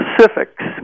specifics